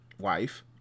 wife